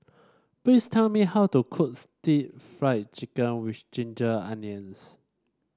please tell me how to cook stir Fry Chicken with Ginger Onions